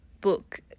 book